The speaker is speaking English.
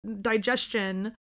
digestion